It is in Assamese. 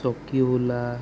চকীহোলা